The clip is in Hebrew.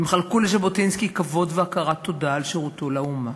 הם חלקו לז'בוטינסקי כבוד והכרת תודה על שירותו לאומה.